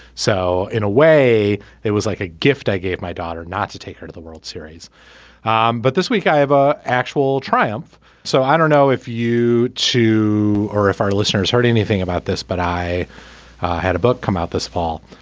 so in a way it was like a gift i gave my daughter not to take her to the world series um but this week i have a actual triumph so i don't know if you too or if our listeners heard anything about this but i had a book come out this fall.